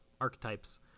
archetypes